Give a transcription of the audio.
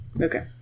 Okay